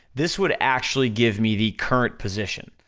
this would actually give me the current position,